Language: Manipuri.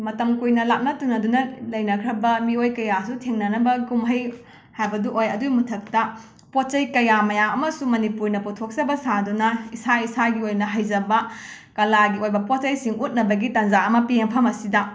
ꯃꯇꯝ ꯀꯨꯏꯅ ꯂꯥꯞꯅ ꯇꯨꯅꯗꯨꯅ ꯂꯩꯅꯈ꯭ꯔꯕ ꯃꯤꯑꯣꯏ ꯀꯌꯥꯁꯨ ꯊꯦꯡꯅꯅꯕ ꯀꯨꯝꯍꯩ ꯍꯥꯏꯕꯗꯨ ꯑꯣꯏ ꯑꯗꯨꯒꯤ ꯃꯊꯛꯇ ꯄꯣꯠ ꯆꯩ ꯀꯌꯥ ꯃꯌꯥꯝ ꯑꯃꯁꯨ ꯃꯅꯤꯄꯨꯔꯅ ꯄꯨꯊꯣꯛꯆꯕ ꯁꯥꯗꯨꯅ ꯏꯁꯥ ꯏꯁꯥꯒꯤ ꯑꯣꯏꯅ ꯍꯩꯖꯕ ꯀꯂꯥꯒꯤ ꯑꯣꯏꯕ ꯄꯣꯠ ꯆꯩꯁꯤꯡ ꯎꯠꯅꯕꯒꯤ ꯇꯥꯟꯖꯥ ꯑꯃ ꯄꯤ ꯃꯐꯝ ꯑꯁꯤꯗ